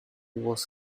was